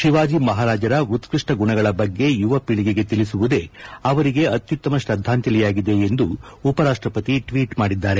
ಶಿವಾಜಿ ಮಹಾರಾಜರ ಉತ್ಪಷ್ಟ ಗುಣಗಳ ಬಗ್ಗೆ ಯುವ ಪೀಳಗೆಗೆ ತಿಳಿಸುವುದೇ ಅವರಿಗೆ ಅತ್ಯುತ್ತಮ ಶ್ರದ್ಧಾಂಜಲಿಯಾಗಲಿದೆ ಎಂದು ಉಪರಾಷ್ಟಪತಿ ಟ್ವೀಟ್ ಮಾಡಿದ್ದಾರೆ